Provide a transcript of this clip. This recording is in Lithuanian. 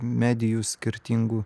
medijų skirtingų